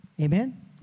Amen